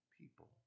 people